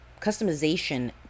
customization